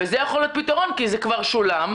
וזה יכול להיות פתרון, כי זה כבר שולם,